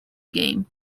game